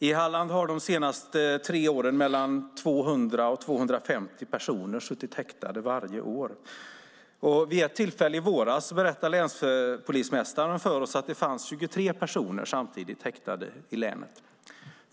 I Halland har de senaste tre åren mellan 200 och 250 personer suttit häktade varje år. Länspolismästaren berättar för oss att det vid ett tillfälle i våras fanns 23 personer samtidigt häktade i länet.